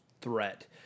threat